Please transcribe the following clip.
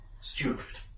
Stupid